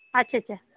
अच्छा अच्छा